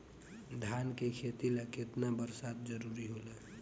धान के खेती ला केतना बरसात जरूरी होला?